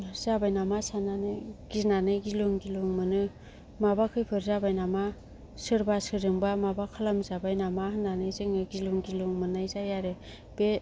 जाबायनामा साननानै गिनानै गिलुं गिलुं मोनो माबा खैफोद जाबाय नामा सोरबा सोरजोंबा माबा खालामजाबाय नामा होननानै जोङो गिलुं गिलुं मोननाय जायो आरो बे